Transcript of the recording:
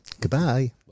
Goodbye